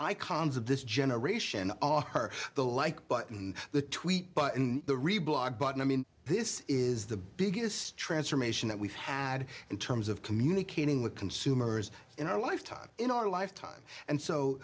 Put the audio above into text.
of this generation all her the like button the tweet but in the reebok button i mean this is the biggest transformation that we've had in terms of communicating with consumers in our lifetime in our lifetime and so